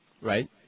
Right